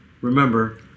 Remember